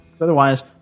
Otherwise